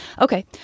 Okay